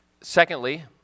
Secondly